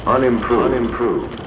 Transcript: Unimproved